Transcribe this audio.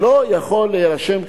לא יכול להירשם כיהודי.